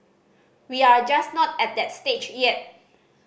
we are just not at that stage yet